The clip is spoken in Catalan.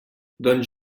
doncs